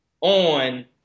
on